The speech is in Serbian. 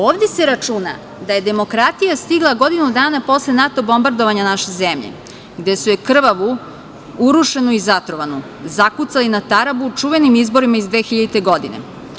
Ovde se računa da je demokratija stigla godinu dana posle NATO bombardovanja naše zemlje, gde su je krvavu, urušenu i zatrovanu zakucali na tarabu čuvenim izborima iz 2000. godine.